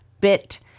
bit